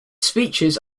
speeches